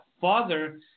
father –